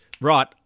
right